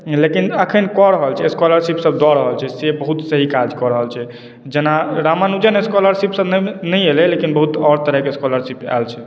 लेकिन एखन कऽ रहल छै स्कॉलरशिपसभ दऽ रहल छै से बहुत सही काज कऽ रहल छै जेना रामानुजम स्कॉलरशिपसभ नहि एलै लेकिन आओर बहुत तरहके स्कॉलरशिपसभ आयल छै